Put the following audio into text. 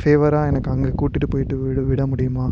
ஃபேவராக எனக்கு அங்கே கூட்டிகிட்டு போயிட்டு விட விட முடியுமா